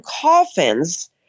coffins